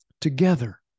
Together